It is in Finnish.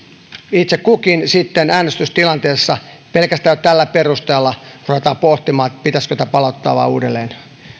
itse kukin sitten äänestystilanteessa pelkästään jo tällä perusteella rupeaa pohtimaan pitäisikö tämä vain palauttaa uudelleen